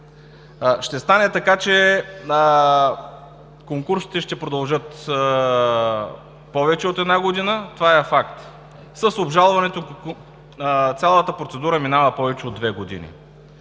ще стане така, че конкурсите ще продължат повече от една година – това е факт. С обжалването на цялата процедура минават повече от две години.